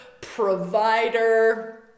provider